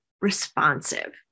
responsive